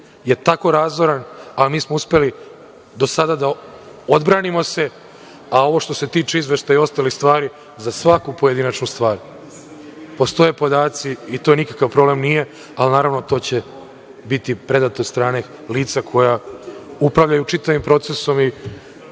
je tako razoran, a mi smo uspeli do sada da odbranimo se, a ovo što se tiče izveštaja i ostalih stvari, za svaku pojedinačnu stvar postoje podaci i to nikakav problem nije, ali, naravno, to će biti predato od strane lica koja upravljaju čitavim procesom.